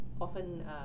often